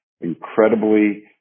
incredibly